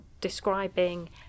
describing